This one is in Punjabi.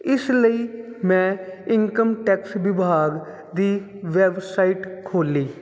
ਇਸ ਲਈ ਮੈਂ ਇਨਕਮ ਟੈਕਸ ਵਿਭਾਗ ਦੀ ਵੈਬਸਾਈਟ ਖੋਲ੍ਹੀ